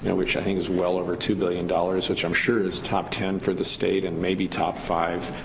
yeah which i think is well over two billion dollars, which i'm sure is top ten for the state and maybe top five.